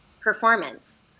performance